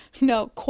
no